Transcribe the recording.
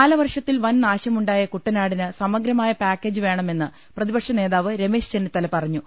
കാലവർഷത്തിൽ വൻനാശമുണ്ടായ കുട്ടനാടിന് സമഗ്രമായ പാക്കേജ് വേണമെന്ന് പ്രതിപക്ഷനേതാവ് രമേശ് ചെന്നിത്തല പറഞ്ഞു